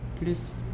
plus